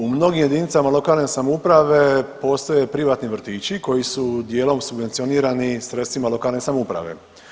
U mnogim jedinicama lokalne samouprave postoje privatni vrtići koji su dijelom subvencionirani sredstvima lokalne samouprave.